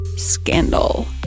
Scandal